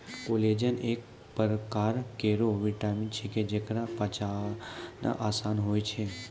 collagen एक परकार केरो विटामिन छिकै, जेकरा पचाना आसान होय छै